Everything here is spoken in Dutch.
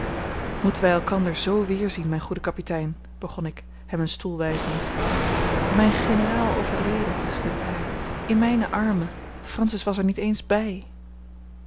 moeten wij elkander zoo weerzien mijn goede kapitein begon ik hem een stoel wijzende mijn generaal overleden snikte hij in mijne armen francis was er niet eens bij